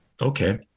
Okay